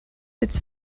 its